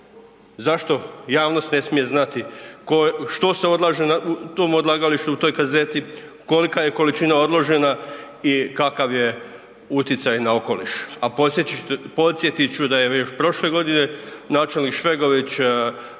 zašto javnost ne smije znati što se odlaže na tom odlagalištu u toj kazeti, kolika je količina odložena i kakav je uticaj na okoliš. A podsjetit ću da je još prošle godine načelnik Švegović